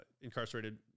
incarcerated